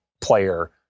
player